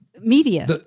media